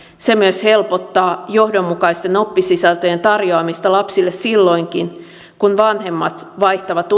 se myös helpottaa johdonmukaisten oppisisältöjen tarjoamista lapsille silloinkin kun vanhemmat vaihtavat